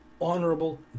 honorable